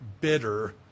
bitter